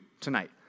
tonight